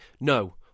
no